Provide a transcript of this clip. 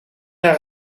naar